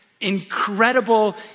Incredible